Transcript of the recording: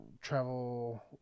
travel